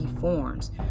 forms